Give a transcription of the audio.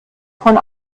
von